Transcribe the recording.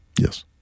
Yes